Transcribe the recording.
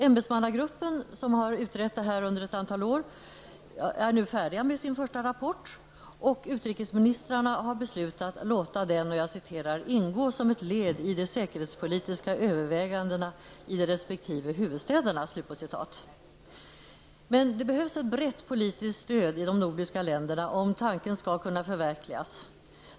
Ämbetsmannagruppen som har utrett det här under ett antal år är nu färdig med sin första rapport, och utrikesministrarna har beslutat låta den ''ingå som ett led i de säkerhetspolitiska övervägandena i de respektive huvudstäderna''. Men det behövs ett brett politiskt stöd i de nordiska länderna om tanken skall kunna förverkligas.